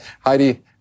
Heidi